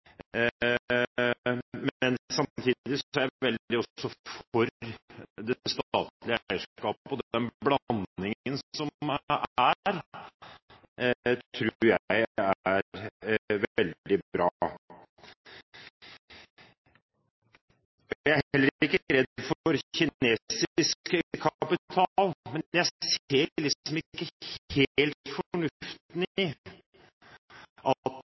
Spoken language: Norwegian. det. Men samtidig er jeg også veldig for statlig eierskap, og den blandingen som er, tror jeg er svært bra. Jeg er heller ikke redd for kinesisk kapital, men jeg ser ikke helt fornuften i at